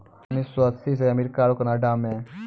उन्नीस सौ अस्सी से अमेरिका आरु कनाडा मे